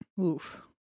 Oof